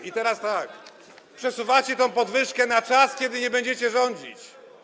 I teraz tak: Przesuwacie tę podwyżkę na czas, kiedy nie będzie rządzić.